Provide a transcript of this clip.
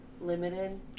limited